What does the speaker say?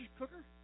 cooker